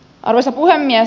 arvoisa puhemies